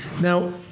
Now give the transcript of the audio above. Now